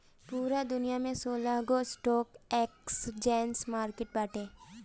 पूरा दुनिया में सोलहगो स्टॉक एक्सचेंज मार्किट बाटे